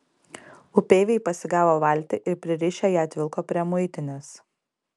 upeiviai pasigavo valtį ir pririšę ją atvilko prie muitinės